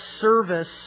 service